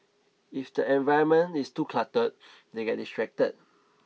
if the environment is too cluttered they get distracted